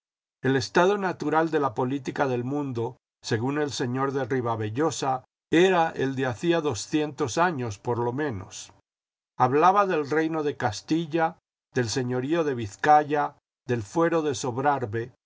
el estado natural de la política del mundo según el señor de ribavellosa era el de hacía doscientos años por lo menos hablaba del reino de castilla del señorío de vizcaya del fuero de sobrarbe